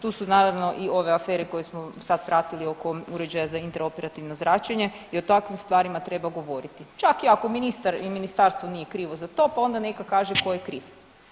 Tu su naravno i ove afere koje smo sad pratili oko uređaja za intraoperativno zračenja i o takvim stvarima treba govoriti čak i ako ministar i ministarstvo nije krivo za to pa onda neka kaže tko je kriv.